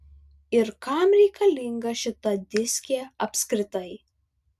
ir kam reikalinga šita diskė apskritai